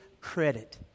credit